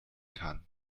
kann